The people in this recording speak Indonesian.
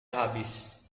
habis